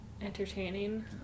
entertaining